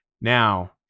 now